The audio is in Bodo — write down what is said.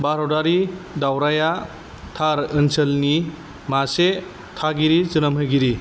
भारतारि दावराया थार ओनसोलनि मासे थागिरि जोनोमहोगिरि